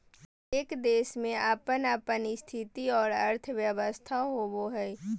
हरेक देश के अपन अपन स्थिति और अर्थव्यवस्था होवो हय